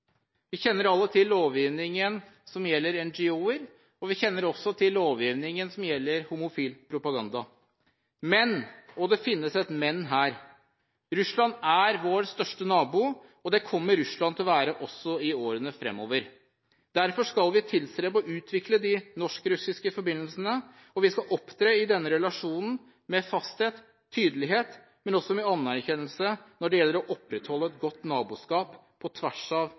Vi kjenner alle til lovgivningen som gjelder NGO-er, og vi kjenner også lovgivningen som gjelder homofilipropaganda. Men – og det finnes et men – Russland er vår største nabo, og det kommer Russland til å være også i årene framover. Derfor skal vi tilstrebe å utvikle de norsk-russiske forbindelsene, og vi skal i denne relasjonen opptre med fasthet, tydelighet og også med anerkjennelse når det gjelder å opprettholde et godt naboskap på tvers